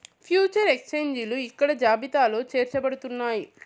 future ఎక్స్చేంజిలు ఇక్కడ జాబితాలో చేర్చబడుతున్నాయి